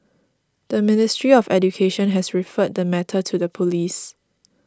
the Ministry of Education has referred the matter to the police